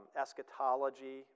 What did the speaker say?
Eschatology